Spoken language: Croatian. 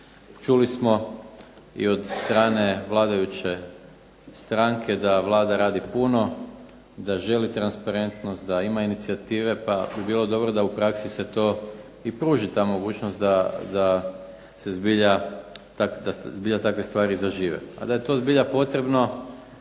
Čuli smo i od strane vladajuće stranke da Vlada radi puno, da želi transparentnost, da ima inicijative. Pa ako bi bilo dobro da u praksi se to i pruži ta mogućnost da se zbilja takve stvari zažive. A da je to zbilja potrebno